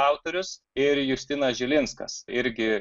autorius ir justinas žilinskas irgi